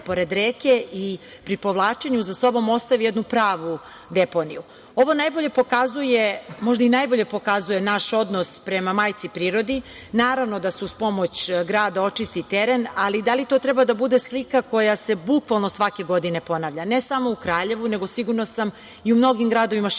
pored reke i pri povlačenju za sobom ostavi jednu pravu deponiju. Ovo možda i najbolje pokazuje naš odnos prema majci prirodi. Naravno da se uz pomoć grada očisti teren, ali da li to treba da bude slika koja se bukvalno svake godine ponavlja, ne samo u Kraljevu nego, sigurna sam, i u mnogim gradovima širom